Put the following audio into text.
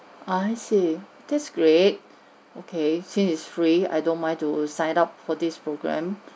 I see that's great okay since it's free I don't mind to sign up for this programme